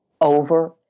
over